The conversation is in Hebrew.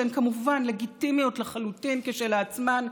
שהן כמובן לגיטימיות לחלוטין כשלעצמן,